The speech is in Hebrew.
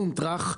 בום טראח,